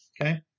okay